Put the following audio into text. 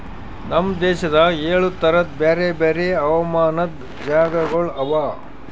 ನಮ್ ದೇಶದಾಗ್ ಏಳು ತರದ್ ಬ್ಯಾರೆ ಬ್ಯಾರೆ ಹವಾಮಾನದ್ ಜಾಗಗೊಳ್ ಅವಾ